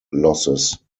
losses